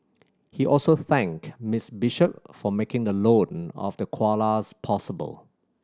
he also thanked Miss Bishop for making the loan of the koalas possible